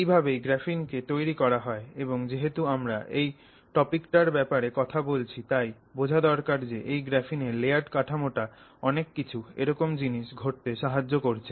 এই ভাবেই গ্রাফিন কে তৈরি করা হয় এবং যেহেতু আমরা এই টপিকটার ব্যাপারে কথা বলছি তাই বোঝা দরকার যে এই গ্রাফিনের লেয়ারড কাঠামোটা অনেক কিছু এরকম জিনিস ঘটতে সাহায্য করেছে